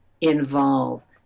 involve